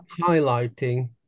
highlighting